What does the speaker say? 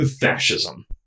fascism